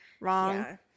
wrong